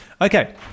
Okay